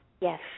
Yes